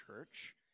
church